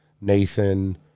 Nathan